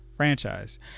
Franchise